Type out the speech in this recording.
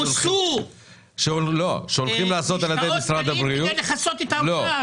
מוסו 380 מיליון שקלים כדי לכסות את זה.